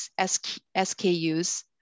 SKUs